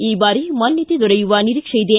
ಈ ಬಾರಿ ಮಾನ್ಯತೆ ದೊರೆಯುವ ನಿರೀಕ್ಷೆ ಇದೆ